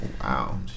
Wow